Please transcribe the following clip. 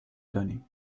دانیم